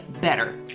better